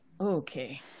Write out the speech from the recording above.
Okay